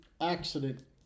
accident